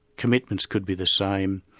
commitments could be the same.